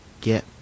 get